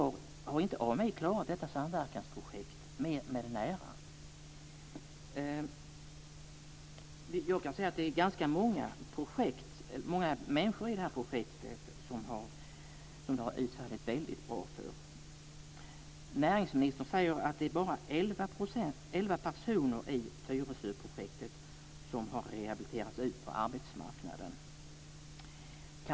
Har inte AMI klarat detta samverkansprojekt med den äran? Det är ganska många människor i det här projektet för vilka det hela har utfallit väldigt väl. Näringsministern säger att det bara är elva personer i Tyresöprojektet som har rehabiliterats ut på arbetsmarknaden.